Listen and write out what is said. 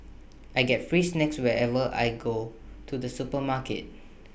I get free snacks whenever I go to the supermarket